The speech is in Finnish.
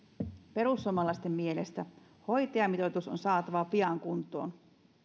perussuomalaisten mielestä hoitajamitoitus on saatava pian kuntoon